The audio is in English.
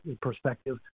perspective